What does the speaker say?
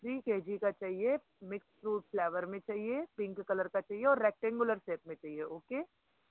three KG का चाहिए mix fruit flavour में चाहिये पिंक कलर का चाहिए और रेक्टेंगुलर शेप में चाहिए ओके